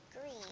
green